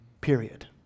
Period